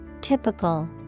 typical